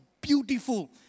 beautiful